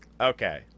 Okay